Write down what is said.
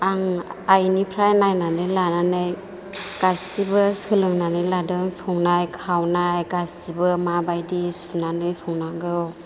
आं आइनिफ्राय नायनानै लानानै गासैबो सोलोंनानै लादों संनाय खावनाय गासैबो माबायदि सुनानै संनांगौ